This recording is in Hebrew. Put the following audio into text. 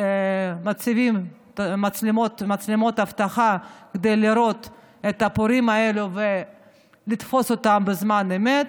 מציבים מצלמות אבטחה כדי לראות את הפורעים האלה ולתפוס אותם בזמן אמת.